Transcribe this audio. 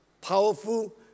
powerful